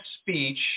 speech